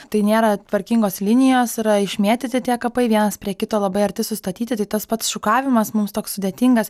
tai nėra tvarkingos linijos yra išmėtyti tie kapai vienas prie kito labai arti sustatyti tai tas pats šukavimas mums toks sudėtingas